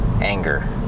anger